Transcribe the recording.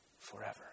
forever